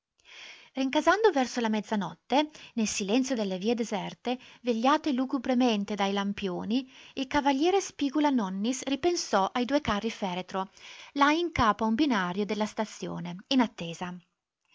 rincasando verso la mezzanotte nel silenzio delle vie deserte vegliate lugubremente dai lampioni il cav spigula-nonnis ripensò ai due carri-feretro là in capo a un binario della stazione in attesa